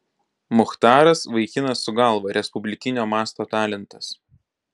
muchtaras vaikinas su galva respublikinio masto talentas